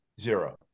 Zero